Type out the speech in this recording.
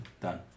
Done